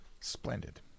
splendid